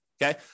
Okay